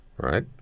right